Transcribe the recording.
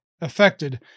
affected